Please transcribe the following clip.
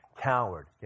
coward